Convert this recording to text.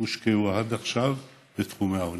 הושקעו עד עכשיו בתחומי העוני.